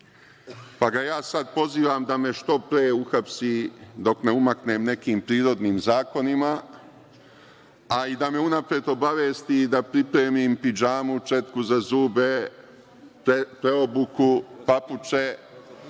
pa ga ja sad pozivam da me što pre uhapsi, dok ne umaknem nekim prirodnim zakonima, a i da me unapred obavesti da pripremim pidžamu, četku za zube, preobuku, papuče,